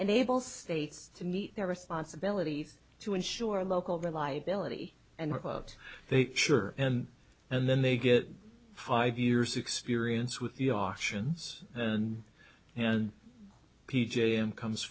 enables states to meet their responsibilities to ensure local reliability and they sure and then they get five years experience with the auctions and and p j and comes